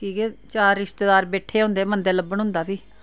कि के चार रिश्तेदार बैठे दे होंदे मंदे लब्भन होंदी फ्ही